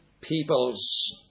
peoples